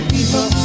people